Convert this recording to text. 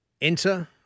Enter